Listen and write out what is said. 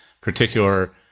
particular